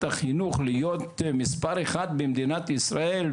החינוך להיות מספר אחת במדינת ישראל,